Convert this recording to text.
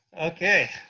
Okay